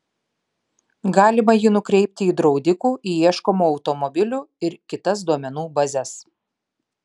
galima jį nukreipti į draudikų į ieškomų automobilių ir kitas duomenų bazes